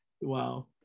wow